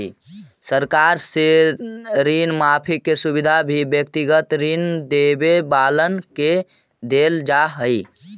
सरकार से ऋण माफी के सुविधा भी व्यक्तिगत ऋण लेवे वालन के देल जा हई